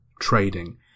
trading